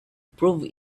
prove